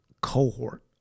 cohort